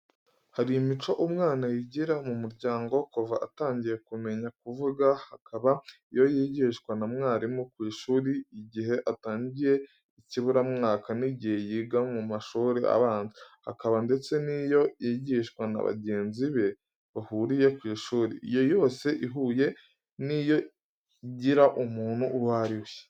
Hari imico umwana yigira mu muryango kuva atangiye kumenya kuvuga, hakaba iyo yigishwa na mwarimu ku ishuri, igihe atangiye ikiburamwaka n'igihe yiga mu mashuri abanza, hakaba ndetse n'iyo yigishwa na bagenzi be bahuriye ku ishuri, iyo yose ihuye, ni yo igira umuntu uwo ari we.